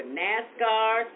nascar